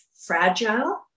fragile